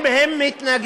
אם הם מתנגדים,